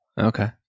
okay